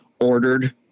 ordered